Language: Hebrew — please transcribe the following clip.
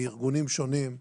מארגונים שונים,